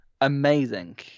amazing